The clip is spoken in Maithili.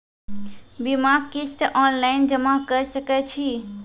बीमाक किस्त ऑनलाइन जमा कॅ सकै छी?